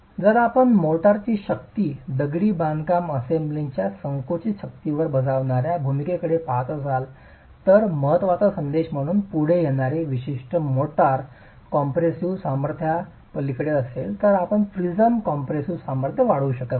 जर आपण मोर्टारची शक्ती दगडी बांधकाम असेंब्लीच्या संकुचित शक्तीवर बजावणार्या भूमिकेकडे पहात असाल तर महत्त्वाचा संदेश म्हणून पुढे येणारी विशिष्ट मोर्टार कॉम्प्रेसिव्ह सामर्थ्यापलीकडे असेल तर आपण प्रिझम कॉम्प्रेसिव्ह सामर्थ्य वाढवू शकत नाही